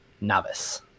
novice